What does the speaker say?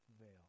veil